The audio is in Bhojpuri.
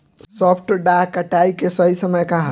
सॉफ्ट डॉ कटाई के सही समय का ह?